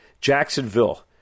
Jacksonville